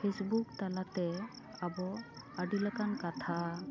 Facebook ᱛᱟᱞᱟᱛᱮ ᱟᱵᱚ ᱟᱹᱰᱤ ᱞᱮᱠᱟᱱ ᱠᱟᱛᱷᱟ